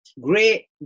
great